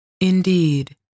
Indeed